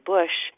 Bush